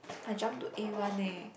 I jump to a-one eh